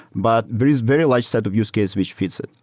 but there is very light set of use case which feeds it.